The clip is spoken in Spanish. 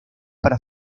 para